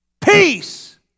Peace